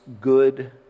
good